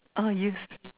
uh yes